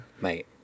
Mate